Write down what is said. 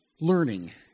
learning